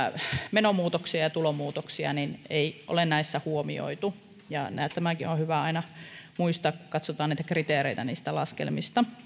menomuutoksia ja tulomuutoksia ei ole näissä huomioitu ja tämäkin on hyvä aina muistaa kun katsotaan näitä kriteereitä niistä laskelmista